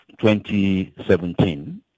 2017